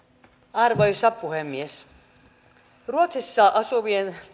arvoisa puhemies ruotsissa asuvien